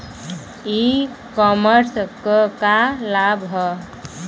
ई कॉमर्स क का लाभ ह?